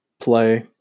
play